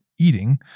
eating